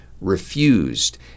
refused